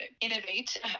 innovate